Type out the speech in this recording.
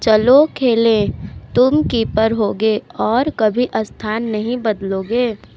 चलो खेलें तुम कीपर होगे और कभी स्थान नहीं बदलोगे